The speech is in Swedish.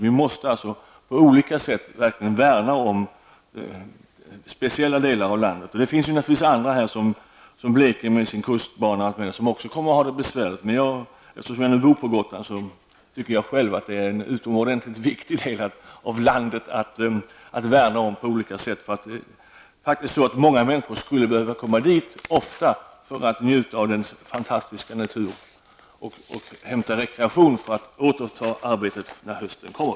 Vi måste på olika sätt värna om speciella delar av landet. Det finns naturligtvis andra delar, såsom Blekinge med sin kustbana, som också kommer att få det besvärligt. Men eftersom jag bor på Gotland tycker jag att det är en utomordentlig viktig del av landet att värna om. Många människor skulle behöva komma dit ofta för att njuta av den fantastiska naturen och hämta rekreation innan det är dags att återuppta arbetet när hösten kommer.